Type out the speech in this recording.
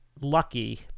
lucky